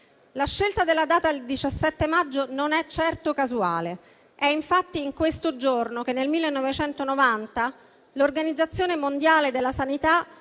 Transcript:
La scelta della data del 17 maggio non è certo casuale. È infatti in questo giorno che, nel 1990, l'Organizzazione mondiale della sanità